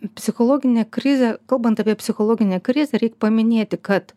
psichologinė krizė kalbant apie psichologinę krizę reik paminėti kad